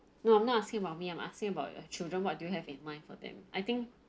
no I'm not asking about me I'm asking about your children what do you have in mind for them I think